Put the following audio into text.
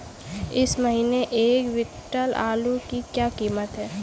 इस महीने एक क्विंटल आलू की क्या कीमत है?